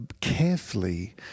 carefully